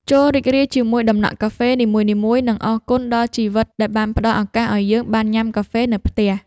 ចូររីករាយជាមួយដំណក់កាហ្វេនីមួយៗ និងអរគុណដល់ជីវិតដែលបានផ្ដល់ឱកាសឱ្យយើងបានញ៉ាំកាហ្វេនៅផ្ទះ។